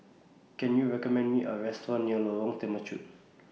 Can YOU recommend Me A Restaurant near Lorong Temechut